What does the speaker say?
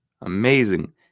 Amazing